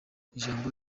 ijambo